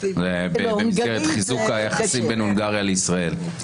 במסגרת חיזוק היחסים בין הונגריה לישראל.